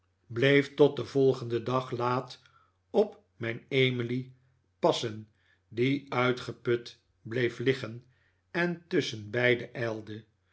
bleef tot den volgenden dag laat op mijn emily passen die uitgeput bleef liggen en tusschenbeide ijlde